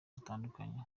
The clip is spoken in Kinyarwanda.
hatandukanye